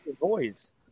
boys